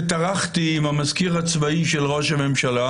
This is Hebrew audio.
וטרחתי עם המזכיר הצבאי של ראש הממשלה